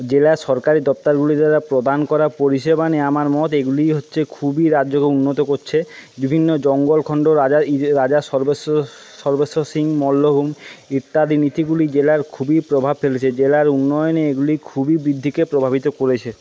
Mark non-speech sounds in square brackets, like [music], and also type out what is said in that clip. জেলা সরকারি দপ্তরগুলি দ্বারা প্রদান করা পরিষেবা নেওয়া আমার মত এগুলি হচ্ছে খুবই রাজ্যকে উন্নত করছে বিভিন্ন জঙ্গল খন্ড রাজা [unintelligible] রাজা সর্বস্ব সর্বস্ব সিং মল্লভূম ইত্যাদি নীতিগুলি জেলার খুবই প্রভাব ফেলেছে জেলার উন্নয়নে এগুলি খুবই বৃদ্ধিকে প্রভাবিত করেছে